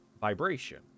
vibration